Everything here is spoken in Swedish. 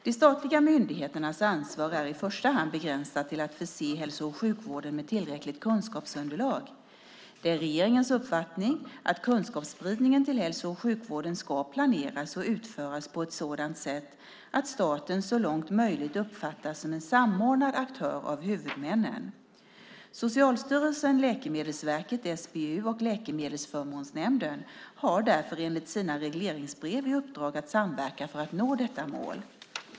De statliga myndigheternas ansvar är i första hand begränsat till att förse hälso och sjukvården med ett tillräckligt kunskapsunderlag. Det är regeringens uppfattning att kunskapsspridningen till hälso och sjukvården ska planeras och utföras på ett sådant sätt att staten så långt möjligt uppfattas som en samordnad aktör av huvudmännen. Socialstyrelsen, Läkemedelsverket, SBU och Läkemedelsförmånsnämnden har därför enligt sina regleringsbrev i uppdrag att samverka för att nå detta mål.